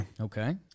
okay